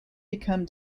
become